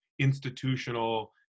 institutional